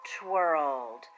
Twirled